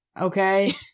Okay